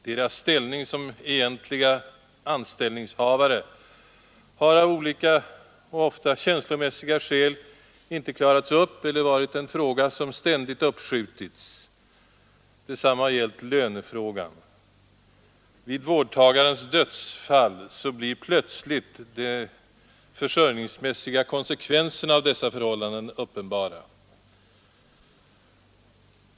Deras ställning som egentliga anställningshavare har av olika, ofta känslomässiga skäl inte klarats upp eller varit en fråga som ständigt uppskjutits. Detsamma har gällt lönefrågan. Vid vårdtagarens dödsfall blir plötsligt de försörjningsmässiga konsekvenserna av dessa förhållanden uppenbara.